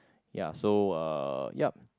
ya so uh yup